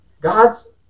God's